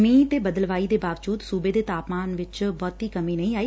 ਮੀਂਹ ਤੇ ਬਦਲਵਾਈ ਦੇ ਬਾਵਜੂਦ ਸੂਬੇ ਦੇ ਤਾਪਮਾਨ ਚ ਬਹੁਤੀ ਕਮੀ ਨਹੀਂ ਆਈ